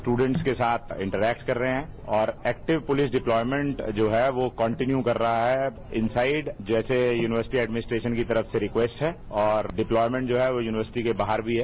student के साथ interact कर रहे हैं और एक्टिव पुलिस डिप्लाएमेंट जो है वो कन्टीन्यू कर रहा है इंसाइड जैसे यूनिवर्सिटी एडमिनिस्ट्रेशन की तरफ से रिक्वेस्ट है और डिप्लाएमेंट है जो वो यूनिवर्सिटी के बाहर भी है